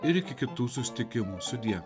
ir iki kitų susitikimų sudie